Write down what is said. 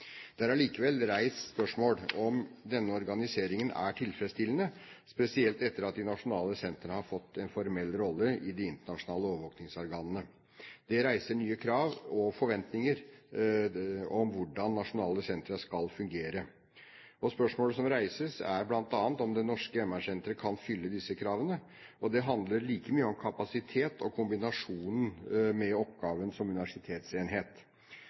Det er allikevel reist spørsmål om denne organiseringen er tilfredsstillende, spesielt etter at de nasjonale sentrene har fått en formell rolle i de internasjonale overvåkningsorganene. Det reiser nye krav og forventninger om hvordan nasjonale sentre skal fungere. Spørsmålet som reises, er bl.a. om det norske MR-senteret kan fylle disse kravene. Det handler like mye om kapasitet og kombinasjonen med oppgaven som universitetsenhet.